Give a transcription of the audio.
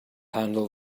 handle